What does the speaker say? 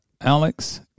Alex